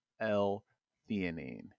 L-theanine